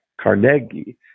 Carnegie